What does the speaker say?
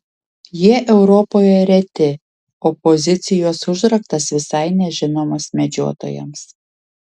jie europoje reti o pozicijos užraktas visai nežinomas medžiotojams